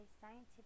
scientific